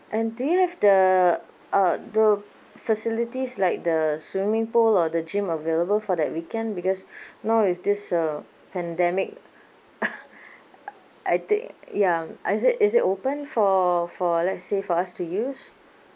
and do you have the uh the facilities like the swimming pool or the gym available for that weekend because now with this uh pandemic I think ya uh is it is it open for for let's say for us to use